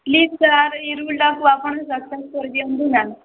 please sir ଏହି ରୁଲ୍ଟାକୁ ଆପଣ ସକ୍ସେସ୍ କରିଦିଅନ୍ତୁ ନା